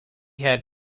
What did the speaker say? had